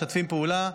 משתפים פעולה,